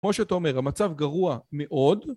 כמו שאתה אומר, המצב גרוע מאוד